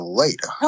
later